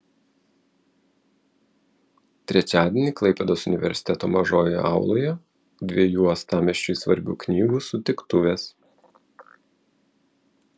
trečiadienį klaipėdos universiteto mažojoje auloje dviejų uostamiesčiui svarbių knygų sutiktuvės